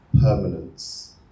permanence